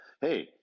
hey